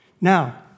Now